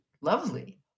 lovely